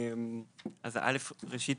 ראשית,